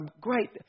great